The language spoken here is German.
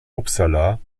uppsala